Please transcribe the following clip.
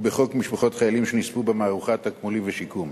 ובחוק משפחות חיילים שנספו במערכה (תגמולים ושיקום).